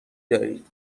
دارید